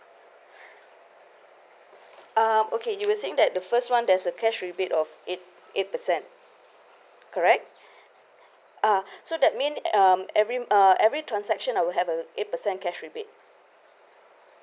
uh okay you were saying that the first one there's a cash rebate of eight eight percent correct ah so that mean um every uh every transaction I will have a eight percent cash rebate